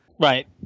Right